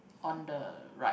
on the right